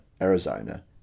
Arizona